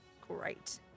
Great